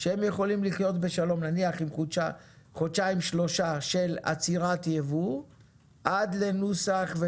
שהם יכולים לחיות בשלום עם נניח חודשיים-שלושה של עצירת יבוא עד לנוסח,